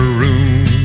room